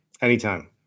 Anytime